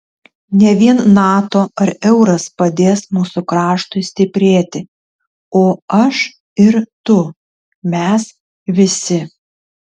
ne vien nato ar euras padės mūsų kraštui stiprėti o aš ir tu mes visi